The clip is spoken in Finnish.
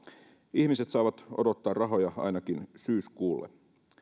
ihmiset saavat odottaa rahoja ainakin syyskuulle